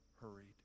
hurried